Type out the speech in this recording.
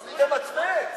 תמצמץ.